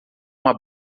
uma